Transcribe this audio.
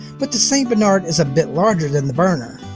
but, the st. bernard is a bit larger than the berner.